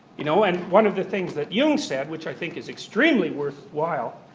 you know, and one of the things that jung said, which i think is extremely worthwhile,